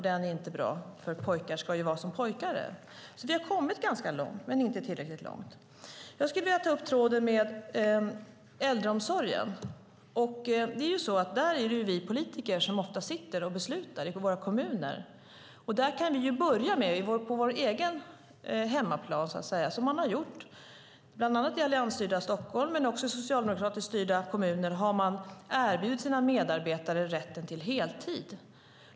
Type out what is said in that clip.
Den inte är bra, för pojkar ska ju vara som pojkar är. Vi har kommit ganska långt men inte tillräckligt långt. Jag skulle vilja ta upp tråden med äldreomsorgen. Där är det vi politiker som ofta sitter och beslutar i våra kommuner. Där kan vi börja på vår egen hemmaplan. Bland annat i alliansstyrda Stockholm men också i socialdemokratiskt styrda kommuner har man erbjudit sina medarbetare rätten till heltid.